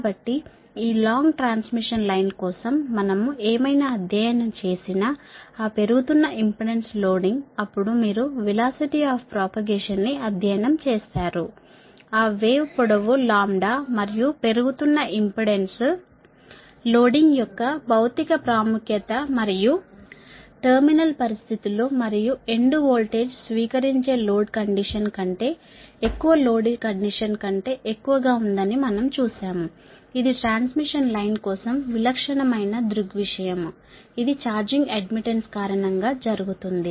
కాబట్టి ఈ long transmission line కోసం మనం ఏమైనా అధ్యయనం చేసినా ఆ పెరుగుతున్న ఇంపెడెన్స్ లోడింగ్ అప్పుడు మీరు వెలాసిటీ ఆఫ్ ప్రోపగేషన్ ని అధ్యయనం చేసారు ఆ వేవ్ పొడవు లాంబ్డా మరియు పెరుగుతున్న ఇంపెడెన్స్ లోడింగ్ యొక్క భౌతిక ప్రాముఖ్యత మరియు టెర్మినల్ పరిస్థితులు మరియు ఎండ్ వోల్టేజ్ స్వీకరించే లోడ్ కండిషన్ కంటే ఎక్కువ లోడ్ కండిషన్ కంటే ఎక్కువగా ఉందని మనము చూశాము ఇది ట్రాన్స్మిషన్ లైన్ కోసం విలక్షణమైన దృగ్విషయం ఇది ఛార్జింగ్ అడ్మిటెన్స్ కారణంగా జరిగింది